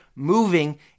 moving